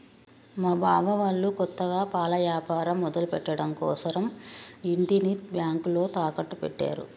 మా బావ వాళ్ళు కొత్తగా పాల యాపారం మొదలుపెట్టడం కోసరం ఇంటిని బ్యేంకులో తాకట్టు పెట్టారు